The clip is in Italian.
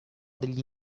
degli